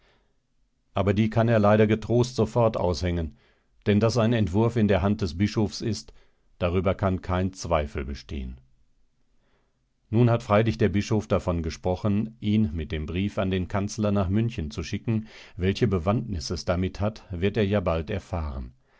aber die kann er leider getrost sofort aushängen denn daß sein entwurf in der hand des bischofs ist darüber kann kein zweifel bestehen nun hat freilich der bischof davon gesprochen ihn mit dem brief an den kanzler nach münchen zu schicken welche bewandtnis es damit hat wird er ja bald erfahren